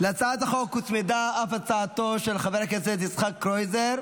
להצעת החוק הוצמדה אף הצעתו של חבר הכנסת יצחק קרויזר.